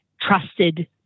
trusted